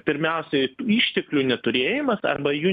pirmiausiai išteklių neturėjimas arba jų